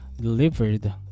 delivered